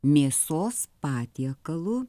mėsos patiekalu